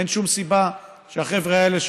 אין שום סיבה שהחבר'ה האלה,